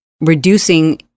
reducing